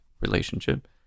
relationship